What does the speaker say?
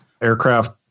aircraft